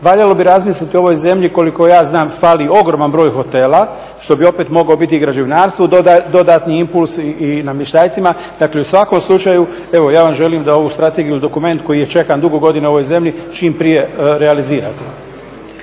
Valjalo bi razmisliti u ovoj zemlji koliko ja znam fali ogroman broj hotela što bi opet mogao biti građevinarstvu dodatni impuls i …/Govornik se ne razumije./… Dakle, u svakom slučaju evo ja vam želim da ovu strategiju ili dokument koji je čekan dugo godina u ovoj zemlji čim prije realizirate.